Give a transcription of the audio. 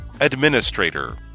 Administrator